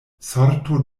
sorto